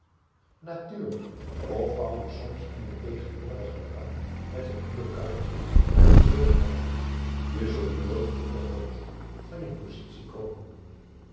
of wou je soms in je tegenwoordigen rang met een huurkarretje naar het bureau rijden je zult nooit op de hoogte van je positie komen